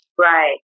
Right